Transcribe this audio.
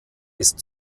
ist